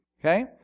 okay